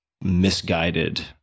misguided